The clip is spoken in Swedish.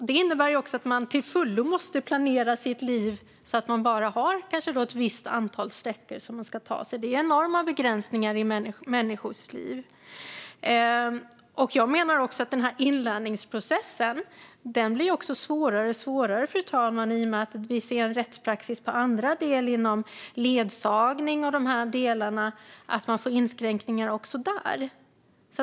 Det innebär också att man till fullo måste planera sitt liv så att man bara har ett visst antal sträckor som man ska ta sig. Det är enorma begränsningar av människors liv. Jag menar också att inlärningsprocessen blir svårare och svårare, fru talman, i och med att vi ser en rättspraxis inom ledsagning och andra delar som gör att man får inskränkningar också där.